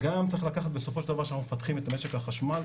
כשאנחנו מפתחים את משק החשמל,